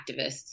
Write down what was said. activists